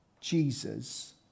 Jesus